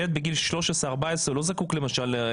ילד בגיל 13 או 14 לא זקוק להסעה.